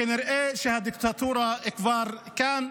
כנראה שהדיקטטורה כבר כאן.